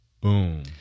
Boom